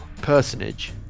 personage